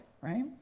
right